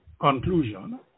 conclusion